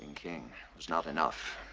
king was not enough.